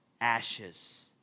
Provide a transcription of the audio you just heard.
ashes